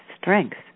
strength